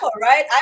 right